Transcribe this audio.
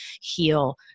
heal